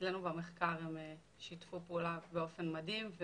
אצלנו במחקר הם שיתפו פעולה באופן מדהים.